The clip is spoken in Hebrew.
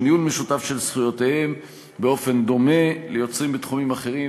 ניהול משותף של זכויותיהם באופן דומה ליוצרים בתחומים אחרים.